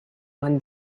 when